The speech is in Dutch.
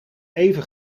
even